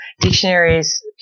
dictionaries